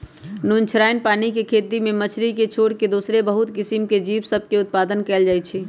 नुनछ्राइन पानी के खेती में मछरी के छोर कऽ दोसरो बहुते किसिम के जीव सभ में उत्पादन कएल जाइ छइ